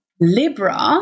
Libra